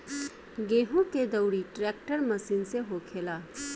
गेहूं के दउरी ट्रेक्टर मशीन से होखेला